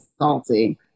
salty